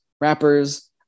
rappers